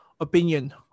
opinion